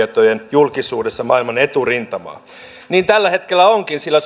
julkisuudessa maailman eturintamaa niin tällä hetkellä onkin sillä